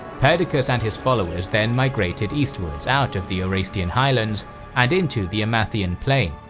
perdiccas and his followers then migrated eastwards out of the orestian highlands and into the emathian plain.